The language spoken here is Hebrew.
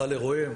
-- סל אירועים.